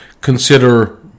consider